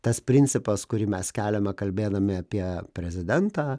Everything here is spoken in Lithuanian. tas principas kurį mes keliame kalbėdami apie prezidentą